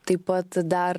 taip pat dar